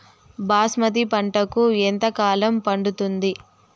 బాస్మతి పంటకు ఎంత కాలం పడుతుంది?